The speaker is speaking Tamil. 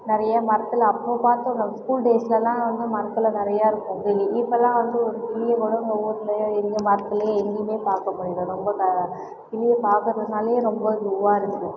நெறைய மரத்தில் அப்போ பார்த்தோமே ஸ்கூல் டேஸ்லலாம் வந்து மரத்தில் நெறைய இருக்கும் கிளி இப்போலாம் வந்து ஒரு கிளியக்கூட ஒரு இந்த மரத்துலயும் எங்கையுமே பார்க்க முடியல ரொம்ப கிளியை பார்க்குறதுனாலே ரொம்ப இதுவாக இருக்கு